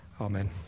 Amen